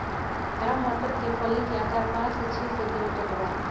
हरा मटर के फली के आकार पाँच से छे सेंटीमीटर होबा हई